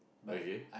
okay